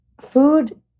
food